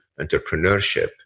entrepreneurship